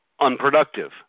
unproductive